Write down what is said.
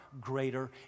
greater